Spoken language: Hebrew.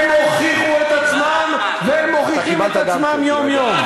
הם הוכיחו את עצמם והם מוכיחים את עצמם יום-יום.